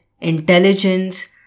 intelligence